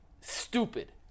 stupid